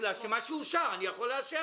את מה שאושר אני יכול לאשר,